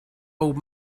old